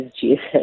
Jesus